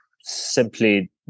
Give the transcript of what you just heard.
Simply